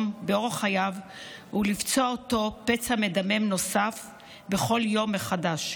באורח חייו ולפצוע אותו פצע מדמם נוסף בכל יום מחדש.